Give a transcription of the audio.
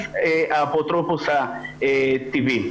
אז האפוטרופוס הטבעי.